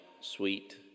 sweet